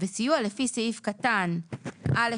סיוע לפי סעיף קטן (א)(5)